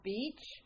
Beach